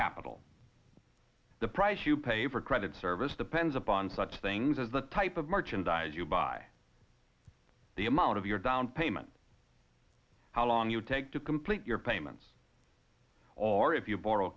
capital the price you pay for credit service depends upon such things as the type of merchandise you buy the amount of your down payment how long you take to complete your payments or if you borrow